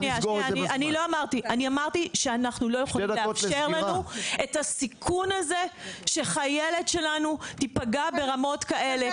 אמרתי שאנחנו לא יכולים לאפשר את הסיכון שחיילת שלנו תיפגע ברמות כאלה.